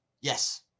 Yes